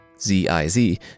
Z-I-Z